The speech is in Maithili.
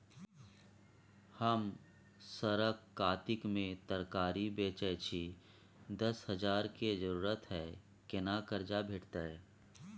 हम सरक कातिक में तरकारी बेचै छी, दस हजार के जरूरत हय केना कर्जा भेटतै?